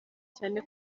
cyane